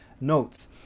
notes